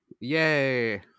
Yay